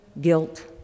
guilt